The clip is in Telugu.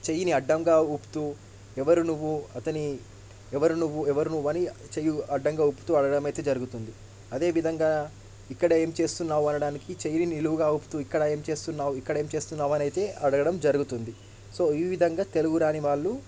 చెయ్యిని అడ్డంగా ఊపుతూ ఎవరు నువ్వు అతని ఎవరు నువ్వు ఎవరు నువ్వు అని చెయని అడ్డంగా ఊపుతూ అడగడం అయితే జరుగుతుంది అదే విధంగా ఇక్కడ ఏం చేస్తున్నావు అడగడానికి చెయ్యిని నిలువుగా ఊపుతూ ఇక్కడ ఏం చూస్తున్నావు ఇక్కడ ఏం చూస్తున్నావు అని అయితే అడగడం జరుగుతుంది సో ఈ విధంగా తెలుగు రాని వాళ్ళు